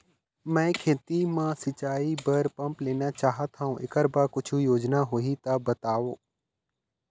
मैं खेती म सिचाई बर पंप लेना चाहत हाव, एकर बर कुछू योजना होही त बताव?